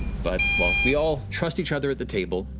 but we all trust each other at the table,